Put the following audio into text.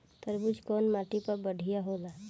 तरबूज कउन माटी पर बढ़ीया होला?